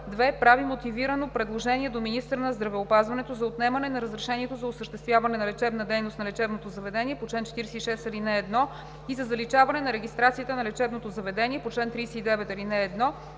2. прави мотивирано предложение до министъра на здравеопазването за отнемане на разрешението за осъществяване на лечебна дейност на лечебното заведение по чл. 46, ал. 1 и за заличаване на регистрацията на лечебното заведение по чл. 39, ал.